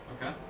Okay